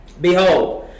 Behold